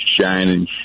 shining